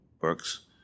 works